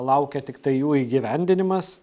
laukia tiktai jų įgyvendinimas